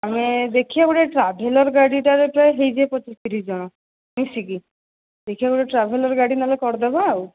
ଆମେ ଦେଖିଆ ଗୋଟେ ଟ୍ରାଭେଲର୍ ଗାଡ଼ିଟାରେ ପ୍ରାୟ ହୋଇଯିବେ ପଚିଶ ତିରିଶ ଜଣ ମିଶିକି ଦେଖିଆ ଗୋଟେ ଟ୍ରାଭେଲର୍ ଗାଡ଼ି ନହେଲେ କରିଦେବା ଆଉ